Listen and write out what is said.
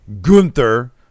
Gunther